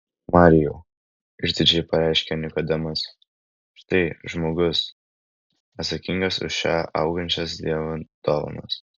marijau išdidžiai pareiškė nikodemas štai žmogus atsakingas už čia augančias dievo dovanas